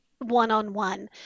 one-on-one